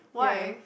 ya